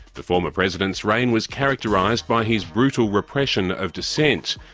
the former president's reign was characterised by his brutal repression of dissent.